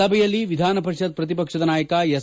ಸಭೆಯಲ್ಲಿ ವಿಧಾನಪರಿಷತ್ ಪ್ರತಿಪಕ್ಷ ನಾಯಕ ಎಸ್